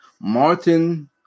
Martin